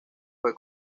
fue